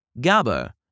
GABA